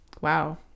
Wow